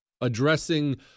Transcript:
addressing